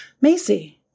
macy